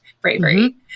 bravery